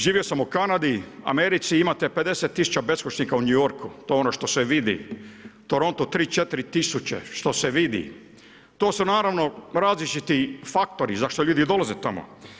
Živio sam u Kanadi, Americi imate 50 tisuća beskućnika u New Yorku to je ono što se vidi, Toronto 3, 4 000, štose vidi, to su naravno različiti faktori zašto ljudi dolaze tamo.